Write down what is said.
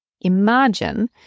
Imagine